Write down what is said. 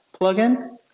plugin